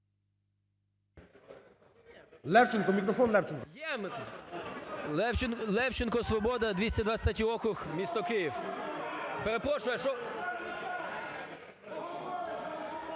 Левченко. Мікрофон Левченка.